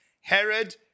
Herod